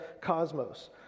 cosmos